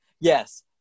Yes